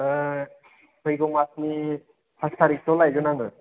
फैगौ मासनि पास टारिखसोआव लायगोन आङो